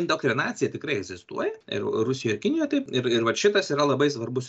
indoktrinacija tikrai egzistuoja ir rusijoj ir kinijoj taip ir ir vat šitas yra labai svarbus